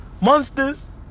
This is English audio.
Monsters